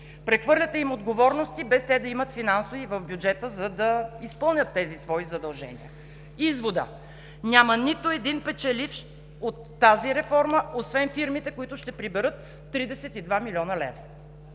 прехвърляте им отговорности, без те да имат финанси в бюджета си, за да изпълнят тези свои задължения. Изводът: няма нито един печеливш от тази реформа освен фирмите, които ще приберат 32 млн. лв.